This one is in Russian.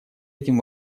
этим